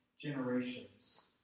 Generations